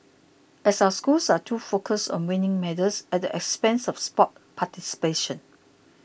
are our schools too focused on winning medals at the expense of sports participation